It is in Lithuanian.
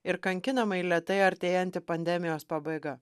ir kankinamai lėtai artėjanti pandemijos pabaiga